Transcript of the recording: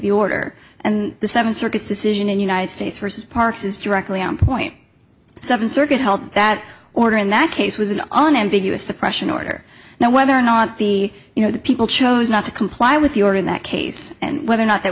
the order and the seven circuits to see united states versus parks is directly on point seven circuit held that order in that case was an on ambiguous suppression order now whether or not the you know the people chose not to comply with the order in that case and whether or not that